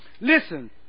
Listen